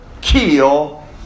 kill